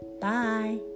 Bye